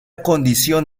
condición